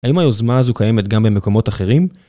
האם היוזמה הזו קיימת גם במקומות אחרים?